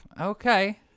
okay